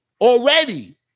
already